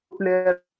player